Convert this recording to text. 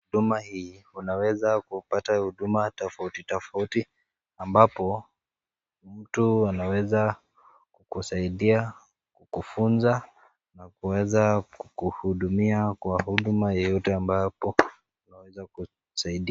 Huduma hii unaweza kupata huduma tofauti tofauti ambapo mtu anaweza kusaidia, kufunza kuweza kuhudumia kwa huduma yeyote ambapo unaweza kusaidia.